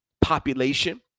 population